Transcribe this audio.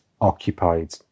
occupied